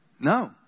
No